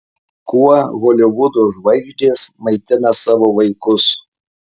kuo holivudo žvaigždės maitina savo vaikus